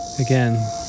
Again